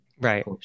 Right